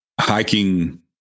hiking